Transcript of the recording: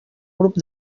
grup